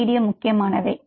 ஏன் மீடியம் முக்கியமானவை